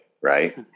right